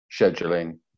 scheduling